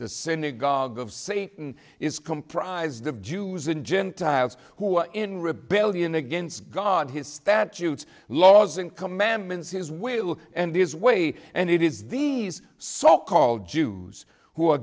the synagogue of satan is comprised of jews and gentiles who are in rebellion against god his statutes laws and commandments his will end this way and it is these so called jews who are